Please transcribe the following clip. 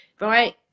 right